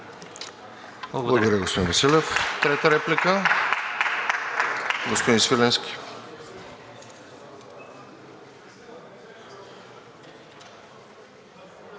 Благодаря Ви, господин Василев. Трета реплика – господин Свиленски.